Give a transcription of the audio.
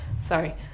sorry